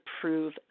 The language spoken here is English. prove